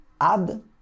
add